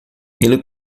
ele